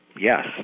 yes